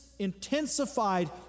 intensified